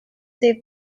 they